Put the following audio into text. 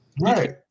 right